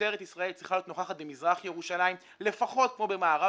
משטרת ישראל צריכה להיות נוכחת במזרח ירושלים לפחות כמו במערב